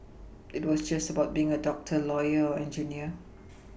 it was just about being a doctor lawyer or engineer